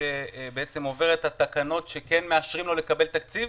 שעובר את התקנות שמאשרות לו לקבל תקציב?